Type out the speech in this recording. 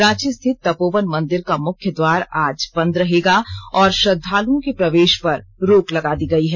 रांची स्थित तपोवन मंदिर का मुख्य द्वार आज बंद रहेगा और श्रद्वालुओं के प्रवेष पर रोक लगा दी गयी है